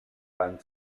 fan